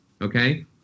Okay